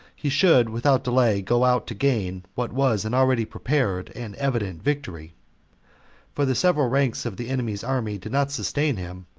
he should, without delay, go out to gain what was an already prepared and evident victory for the several ranks of the enemy's army did not sustain him,